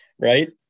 right